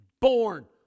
born